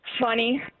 Funny